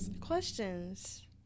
Questions